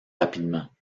rapidement